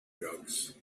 drugs